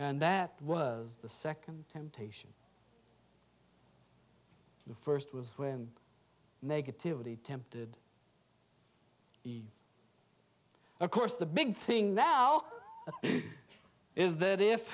and that was the second temptation the first was when negativity tempted of course the big thing now is that if